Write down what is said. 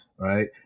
right